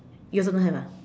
you also don't have ah